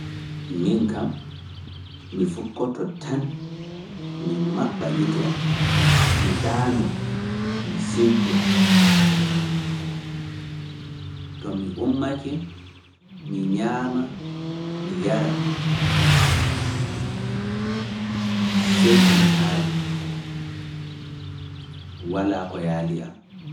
Min kam, mi fukkoto tan, mi maɓɓa gite am, mi ɗaano, mi siwtoo, to mi ummake, mi ñaama, mi yara, sey to mi haari, walaa ko yaali am.